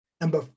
Number